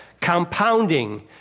Compounding